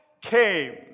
came